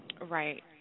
Right